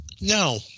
No